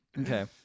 Okay